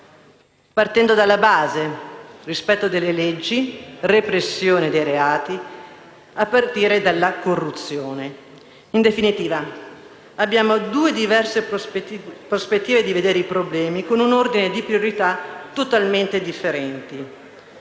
partendo dalla base: rispetto delle leggi e repressione dei reati, a partire dalla corruzione. In definitiva, abbiamo due diverse prospettive di vedere i problemi, con un ordine di priorità totalmente differente;